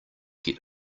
get